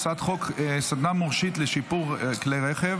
הצעת חוק סדנה מורשית לשיפור כלי רכב,